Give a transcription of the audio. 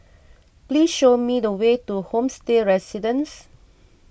please show me the way to Homestay Residences